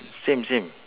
same same